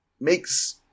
makes